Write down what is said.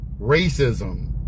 racism